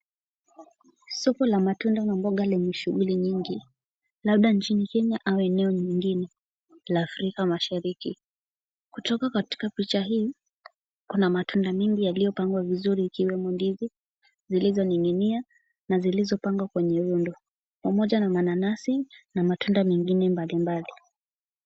Soko la matunda na mboga lenye shughuli nyingi labda nchini Kenya au eneo nyingine la Afrika Mashariki. Kutoka katika picha hii kuna matunda mingi yaliyopangwa vizuri ikiwemo ndizi zilizoning'inia na zilizopangwa kwenye viondo . Pamoja na mananasi na matunda mengine mbalimbali.